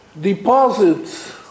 deposits